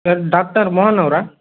sir doctor Mohan ಅವರಾ